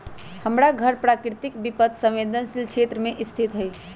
हमर घर प्राकृतिक विपत संवेदनशील क्षेत्र में स्थित हइ